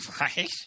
Right